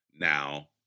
now